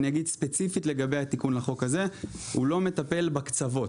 אני אגיד ספציפית לגבי התיקון לחוק הזה שהוא לא מטפל בקצוות.